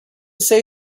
say